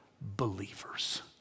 believers